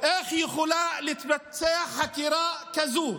איך יכולה להתבצע חקירה כזאת?